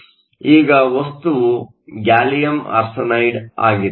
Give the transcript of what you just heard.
ಈಗ ವಸ್ತುವು gallium arsenide ಆಗಿದೆ